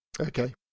Okay